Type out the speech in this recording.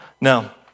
Now